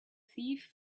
thief